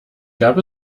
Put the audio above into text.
gab